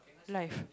life